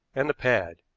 and the pad,